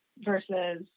versus